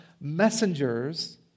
messengers